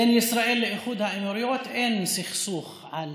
בין ישראל לאיחוד האמירויות אין סכסוך על